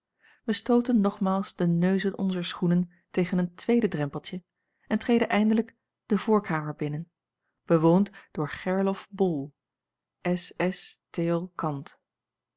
wij stooten nogmaals de neuzen onzer schoenen tegen een tweede drempeltje en treden eindelijk de voorkamer binnen bewoond door gerlof bol s s theol cand